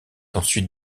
ensuite